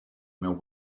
meu